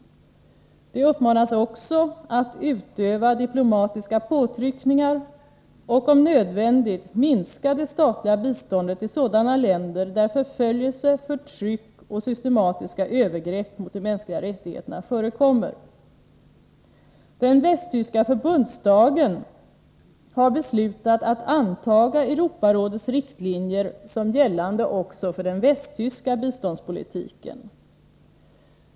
De uppmanas också att utöva diplomatiska påtryckningar och, om nödvändigt, minska det statliga biståndet till sådana länder där förföljelse, förtryck och systematiska övergrepp mot de mänskliga rättigheterna förekommer. Den västtyska förbundsdagen har beslutat att anta Europarådets riktlinjer som gällande också för den västtyska biståndspolitiken.